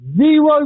zero